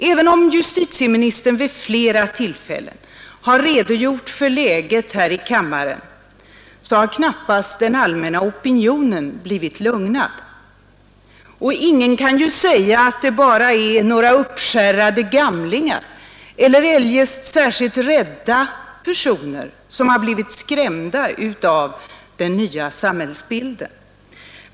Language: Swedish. Även om justitieministern vid flera tillfällen i riksdagen redogjort för läget, så har knappast den allmänna opinionen blivit lugnad. Och ingen kan ju säga att det bara är några uppskärrade gamlingar eller eljest särskilt rädda personer som har blivit skrämda av den nya samhällsbilden.